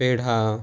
peda